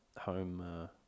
home